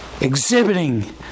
exhibiting